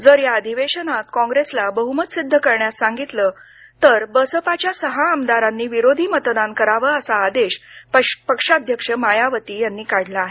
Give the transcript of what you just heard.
जर या अधिवेशनात कॉंग्रैसला बहुमत सिद्ध करण्यास सांगितलं गेलं तर बसपाच्या सहा आमदारांनी विरोधी मतदान करावं असा आदेश पक्षाध्यक्ष मायावती यांनी काढला आहे